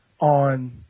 on